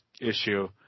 issue